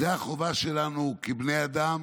זאת החובה שלנו כבני אדם